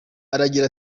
aragira